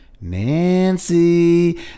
Nancy